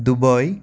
Dubai